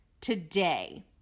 Today